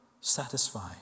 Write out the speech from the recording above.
satisfy